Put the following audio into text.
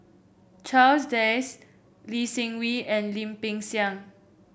Charles Dyce Lee Seng Wee and Lim Peng Siang